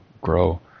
grow